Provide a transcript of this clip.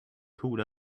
called